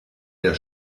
der